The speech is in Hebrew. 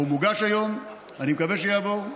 או הוא מוגש היום ואני מקווה שיעבור,